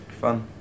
fun